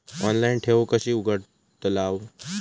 Online ठेव कशी उघडतलाव?